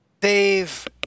Dave